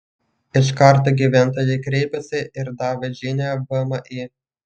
iš karto gyventojai kreipėsi ir davė žinią vmi